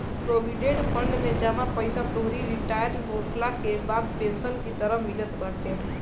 provident fund में जमा पईसा तोहरी रिटायर होखला के बाद पेंशन के तरही मिलत बाटे